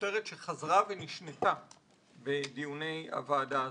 כותרת שחזרה ונשנתה בדיוני הוועדה הזאת.